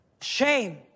Shame